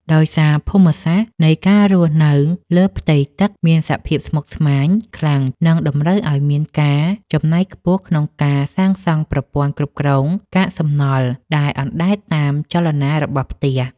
ដោយសារភូមិសាស្ត្រនៃការរស់នៅលើផ្ទៃទឹកមានភាពស្មុគស្មាញខ្លាំង និងតម្រូវឱ្យមានការចំណាយខ្ពស់ក្នុងការសាងសង់ប្រព័ន្ធគ្រប់គ្រងកាកសំណល់ដែលអណ្តែតតាមចលនារបស់ផ្ទះ។